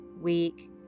week